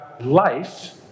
life